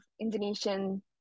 Indonesian